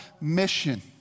mission